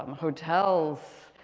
um hotels,